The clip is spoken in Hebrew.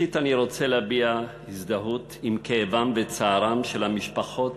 ראשית אני רוצה להביע הזדהות עם כאבן וצערן של המשפחות